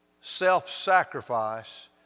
self-sacrifice